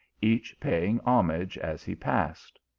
each paying homage as he passed.